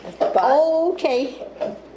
Okay